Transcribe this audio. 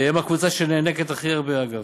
הם הקבוצה שנאנקת הכי הרבה, אגב,